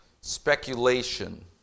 speculation